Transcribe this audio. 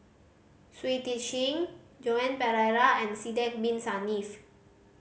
Shui Tit Sing Joan Pereira and Sidek Bin Saniff